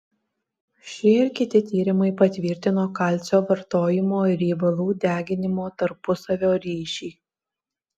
šie ir kiti tyrimai patvirtino kalcio vartojimo ir riebalų deginimo tarpusavio ryšį